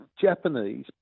Japanese